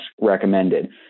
recommended